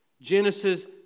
Genesis